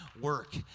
work